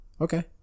Okay